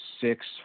six